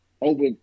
over